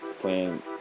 playing